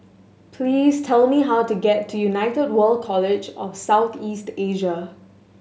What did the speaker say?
please tell me how to get to United World College of South East Asia